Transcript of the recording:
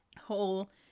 whole